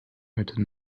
heute